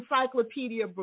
Encyclopedia